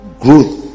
growth